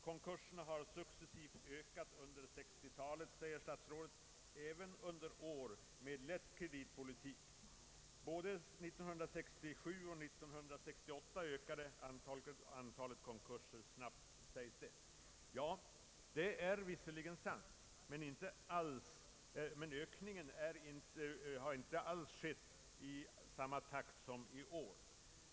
Konkurserna har successivt ökat under 1960-talet, säger statsrådet, även under år med lätt kreditpolitik. Både 1967 och 1968 ökade antalet konkurser snabbt, sägs det. Ja, det är visserligen sant, men ökningen har inte alls skett i samma takt som i år.